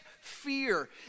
fear